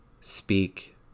speak